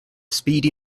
speedy